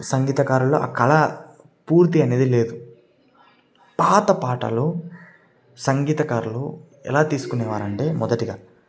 సంగీతకారుల ఆ కళ పూర్తి అనేది లేదు పాతపాటలు సంగీతకారులు ఎలా తీసుకునేవారంటే మొదటిగా